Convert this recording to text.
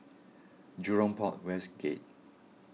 Jurong Port West Gate